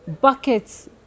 buckets